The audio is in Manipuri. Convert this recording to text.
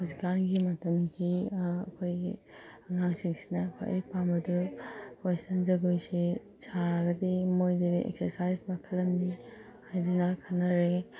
ꯍꯧꯖꯤꯛ ꯀꯥꯟꯒꯤ ꯃꯇꯝꯁꯤ ꯑꯩꯈꯣꯏ ꯑꯉꯥꯡꯁꯤꯡꯁꯤꯅ ꯈ꯭ꯋꯥꯏꯗꯒꯤ ꯄꯥꯝꯕꯗꯨ ꯋꯦꯁꯇ꯭ꯔꯟ ꯖꯒꯣꯏꯁꯤ ꯁꯥꯔꯒꯗꯤ ꯃꯣꯏꯒꯤ ꯑꯦꯛꯁꯔꯁꯥꯏꯁ ꯃꯈꯜ ꯑꯃꯅꯤ ꯍꯥꯏꯗꯨꯅ ꯈꯟꯅꯔꯦ